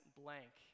blank